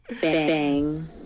bang